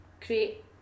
create